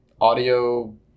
audio